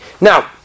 Now